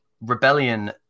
rebellion